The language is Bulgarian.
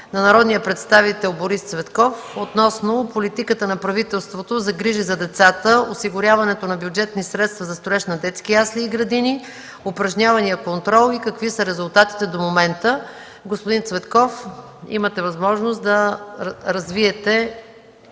на народния представител Борис Цветков относно политиката на правителството за грижи за децата, осигуряването на бюджетни средства за строеж на детски ясли и градини, упражнявания контрол и какви са резултатите до момента. Господин Цветков, имате възможност да развиете